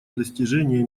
достижения